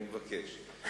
אני מבקש.